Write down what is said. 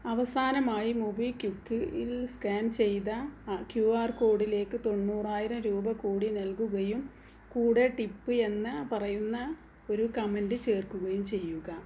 അവസാനമായി മൊബിക്വിക്ക് ഇൽ സ്കാൻ ചെയ്ത ക്യു ആർ കോഡിലേക്ക് തൊണ്ണൂറായിരം രൂപ കൂടി നൽകുകയും കൂടെ ടിപ്പ് എന്ന് പറയുന്ന ഒരു കമൻറ്റ് ചേർക്കുകയും ചെയ്യുക